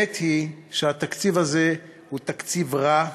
האמת היא שהתקציב הזה הוא תקציב רע,